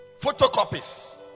photocopies